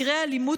מקרי האלימות,